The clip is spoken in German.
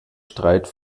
streit